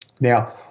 Now